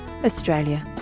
Australia